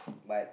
but